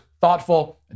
thoughtful